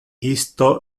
isto